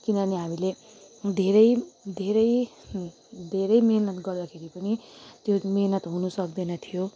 किनभने हामीले धेरै धेरै धेरै मिहिनेत गर्दाखेरि पनि त्यो मिहिनेत हुनु सक्दैनथ्यो